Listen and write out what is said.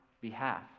behalf